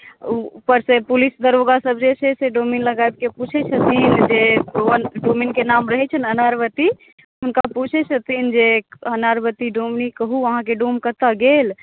ऊपरसँ पुलिस दरोगासभ जे छै से डोमिन लग आबि कऽ पूछैत छथिन जे डोमिनके नाम रहैत छै ने अनारवती हुनका पूछैत छथिन जे अनारवती डोमिन कहू अहाँके डोम कतय गेल